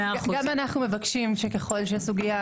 גם אנחנו מבקשים שככל שהסוגייה,